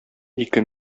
ике